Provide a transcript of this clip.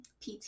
pt